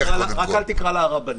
אלרעי,